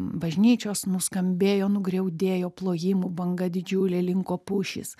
bažnyčios nuskambėjo nugriaudėjo plojimų banga didžiulė linko pušys